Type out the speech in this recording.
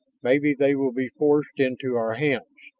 maybe they will be forced into our hands.